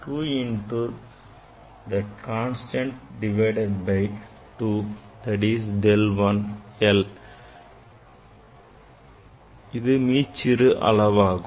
2 into that least count divided by 2 that is the del l is மீச்சிறு அளவாகும்